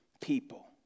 people